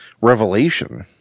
revelation